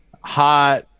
hot